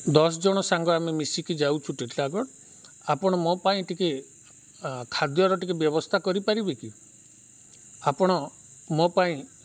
ଦଶ ଜଣ ସାଙ୍ଗ ଆମେ ମିଶିକି ଯାଉଚୁ ଟିଟଲାଗଡ଼ ଆପଣ ମୋ ପାଇଁ ଟିକେ ଖାଦ୍ୟର ଟିକେ ବ୍ୟବସ୍ଥା କରିପାରିବେ କି ଆପଣ ମୋ ପାଇଁ